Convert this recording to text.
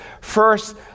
first